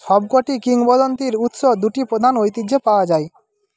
সবকটি কিংবদন্তির উৎস দুটি প্রধান ঐতিহ্যে পাওয়া যায়